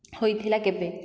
ହୋଇଥିଲା କେବେ